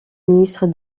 ministre